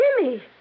Jimmy